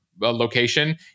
location